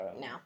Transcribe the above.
No